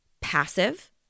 passive